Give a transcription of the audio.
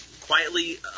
quietly